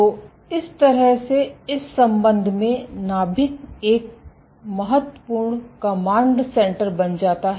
तो इस तरह से इस संबंध में नाभिक एक महत्वपूर्ण कमांड सेंटर बन जाता है